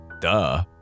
Duh